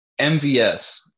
MVS